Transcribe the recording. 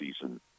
season